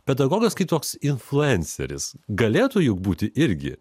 pedagogas kitoks influenceris galėtų juk būti irgi